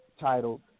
titled